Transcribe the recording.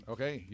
Okay